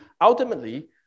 ultimately